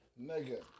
Nigga